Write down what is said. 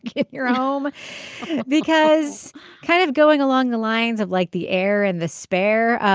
in your home because kind of going along the lines of like the heir and the spare.